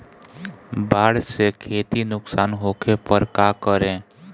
बाढ़ से खेती नुकसान होखे पर का करे?